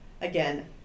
again